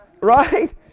right